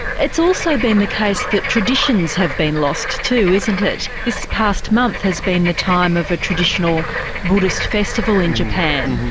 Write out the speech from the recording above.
it's also been the case that traditions have been lost too, isn't it? this past month has been the time for a traditional buddhist festival in japan,